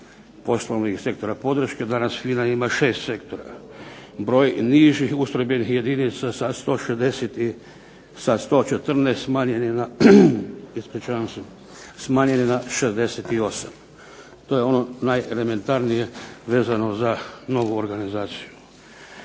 poslovnih sektora podrške, danas FINA ima 6 sektora, broj nižih ustrojbenih jedinica sa 114 smanjen je na 68, to je ono …/Ne razumije se./… vezano za novu organizaciju.